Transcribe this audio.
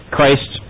Christ